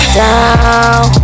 down